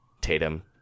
Tatum